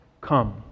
come